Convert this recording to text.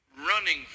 running